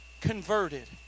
converted